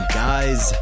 guys